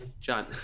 John